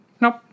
Nope